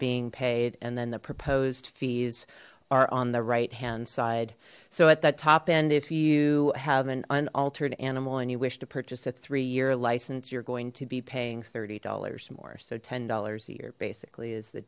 being paid and then the proposed fees are on the right hand side so at the top end if you have an unaltered animal and you wish to purchase a three year license you're going to be paying thirty dollars more so ten dollars a year basically is the